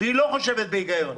והיא לא חושבת בהיגיון.